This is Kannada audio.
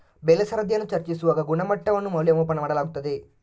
ಬೆಳೆ ಸರದಿಯನ್ನು ಚರ್ಚಿಸುವಾಗ ಗುಣಮಟ್ಟವನ್ನು ಮೌಲ್ಯಮಾಪನ ಮಾಡಲಾಗುತ್ತದೆ